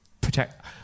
Protect